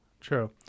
true